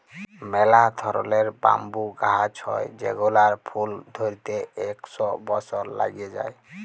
ম্যালা ধরলের ব্যাম্বু গাহাচ হ্যয় যেগলার ফুল ধ্যইরতে ইক শ বসর ল্যাইগে যায়